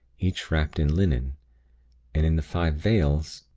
each wrapped in linen, and in the five vales,